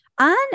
on